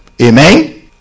Amen